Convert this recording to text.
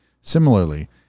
Similarly